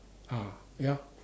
ah ya